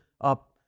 up